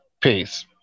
Peace